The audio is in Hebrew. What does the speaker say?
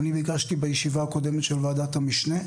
אני ביקשתי בישיבה הקודמת של ועדת המשנה,